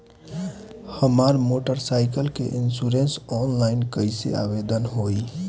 हमार motor cycle के insurance online कईसे आवेदन होई?